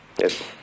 Yes